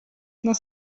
dans